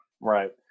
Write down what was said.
Right